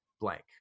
blank